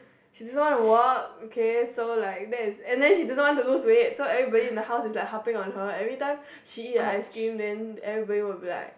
she don't want to work okay so like that's and then she didn't want to lose weight so everybody in the house is like helping on her everytime she eat the ice cream then everybody will be like